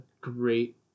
great